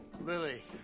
Lily